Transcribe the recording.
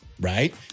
Right